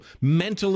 mental